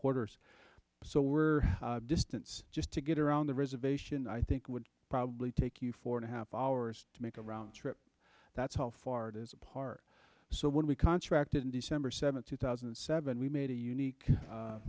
quarters so we're distance just to get around the reservation i think would probably take you four and a half hours to make a round trip that's how far it is apart so when we contracted in december seventh two thousand and seven we made a unique